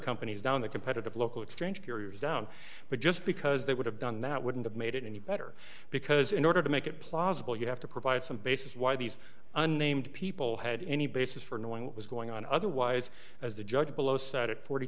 companies down the competitive local exchange carriers down but just because they would have done that wouldn't have made it any better because in order to make it plausible you have to provide some basis why these unnamed people had any basis for knowing what was going on otherwise as the judge below said at forty